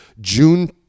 june